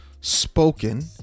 spoken